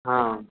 ہاں